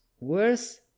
worse